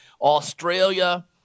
Australia